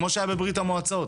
כמו שהיה בברית המועצות,